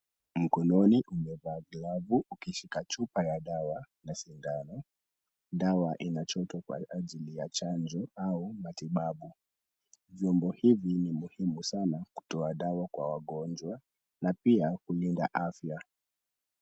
Mkononi umevaa glavu ukishika chupa ya dawa na sindano. Dawa inachotwa kwa ajili ya chanjo au matibabu. Vyombo hivi ni muhimu sana kutoa dawa kwa wagonjwa na pia kulinda afya.